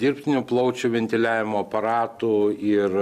dirbtinio plaučių ventiliavimo aparatų ir